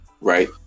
Right